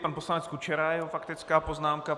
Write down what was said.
Pan poslanec Kučera, jeho faktická poznámka.